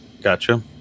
Gotcha